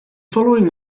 following